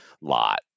lot